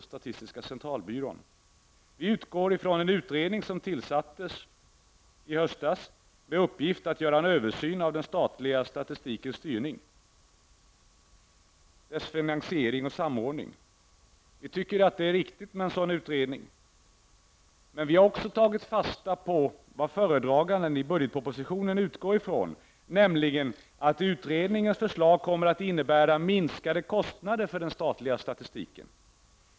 Vi utgår från en utredning som tillsattes i höstas med uppgift att göra en översyn av den statliga statistikens styrning, dess finansiering och samordning. Vi tycker att det är riktigt med en sådan utredning, men vi har också tagit fasta på vad föredraganden i budgetpropositionen utgår ifrån, nämligen att utredningens förslag kommer att innebära minskade kostnader för den statliga statistiken.